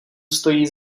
stojí